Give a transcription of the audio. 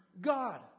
God